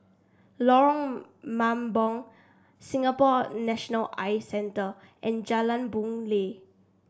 Lorong Mambong Singapore National Eye Centre and Jalan Boon Lay